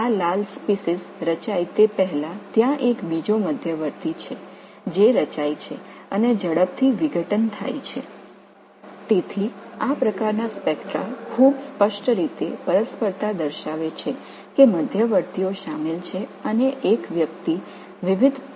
எனவே இந்த வகையான ஸ்பெக்ட்ரா மிகவும் தெளிவாக இடைநிலைகள் சம்பந்தப்பட்டிருப்பதைக் காட்டுகிறது மற்றும் பல்வேறு ஸ்பெக்ட்ரோஸ்கோபிக் பயன்படுத்துவதன் மூலம் இந்த இடைநிலையை ஒருவர் வகைப்படுத்த முடியும்